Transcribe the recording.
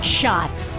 shots